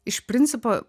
iš principo